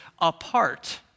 apart